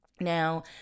Now